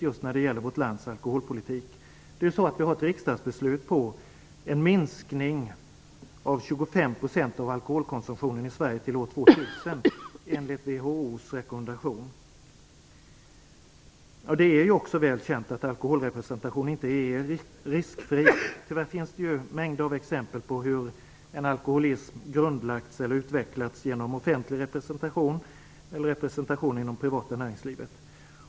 Det finns ett riksdagsbeslut om en minskning av alkoholkonsumtionen i Sverige med 25 % till år 2000, enligt WHO:s rekommendation. Det är också väl känt att alkoholrepresentation inte är riskfri. Det finns tyvärr mängder av exempel på hur en alkoholism grundlagts eller utvecklats genom offentlig representation eller representation inom privata näringslivet.